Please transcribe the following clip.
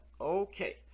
okay